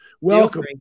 welcome